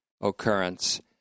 occurrence